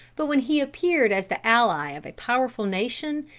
but when he appeared as the ally of a powerful nation,